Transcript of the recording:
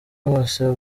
bose